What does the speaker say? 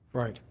right,